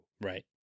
Right